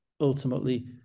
ultimately